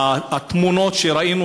התמונות שראינו,